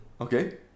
Okay